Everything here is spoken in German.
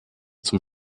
zum